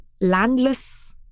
landless